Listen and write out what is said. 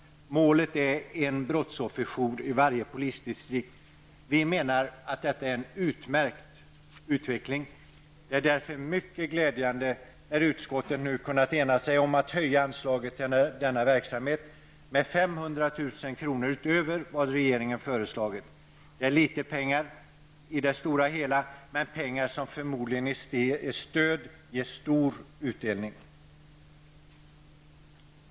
Målet är en brottsofferjour i varje polisdistrikt. Vi menar att detta är en utmärkt utveckling. Det är därför mycket glädjande när utskottet nu har kunnat ena sig om att höja anslaget till denna verksamhet med 500 000 kr. utöver vad regeringen föreslagit. Det är litet pengar i det stora hela men pengar som förmodligen i stöd ger stor utdelning.